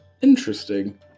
interesting